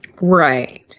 Right